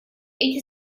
эти